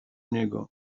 niego